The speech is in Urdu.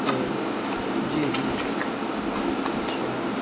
او جی جی اچھا